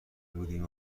بودیم